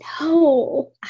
No